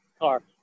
car